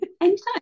Anytime